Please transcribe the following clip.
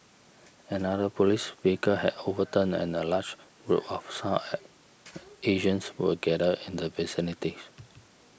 another police vehicle had overturned and a large group of South at Asians were gathered in the vicinities